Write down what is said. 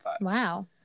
Wow